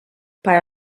para